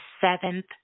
seventh